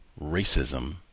racism